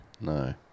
No